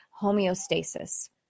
homeostasis